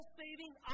saving